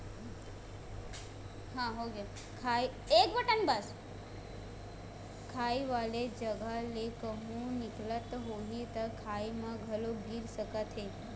खाई वाले जघा ले कहूँ निकलत होही त खाई म घलोक गिर सकत हे